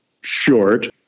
short